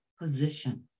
position